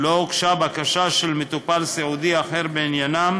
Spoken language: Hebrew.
ולא הוגשה בקשה של מטופל סיעודי אחר בעניינם